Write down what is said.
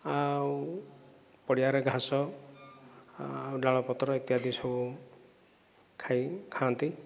ଆଉ ପଡ଼ିଆରେ ଘାସ ଆଉ ଡାଳପତ୍ର ଇତ୍ୟାଦି ସବୁ ଖାଇ ଖାଆନ୍ତି